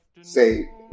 say